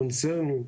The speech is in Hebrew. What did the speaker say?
קונצרני,